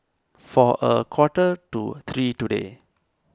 for a quarter to three today